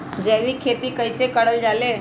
जैविक खेती कई से करल जाले?